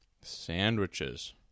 Sandwiches